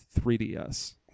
3DS